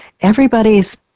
everybody's